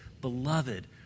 beloved